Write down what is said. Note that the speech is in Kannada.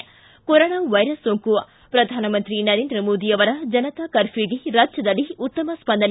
ಿ ಕೊರೊನಾ ವೈರಸ್ ಸೋಂಕು ಪ್ರಧಾನಮಂತ್ರಿ ನರೇಂದ್ರ ಮೋದಿ ಅವರ ಜನತಾ ಕರ್ಘೂಗೆ ರಾಜ್ಯದಲ್ಲಿ ಉತ್ತಮ ಸ್ಪಂದನೆ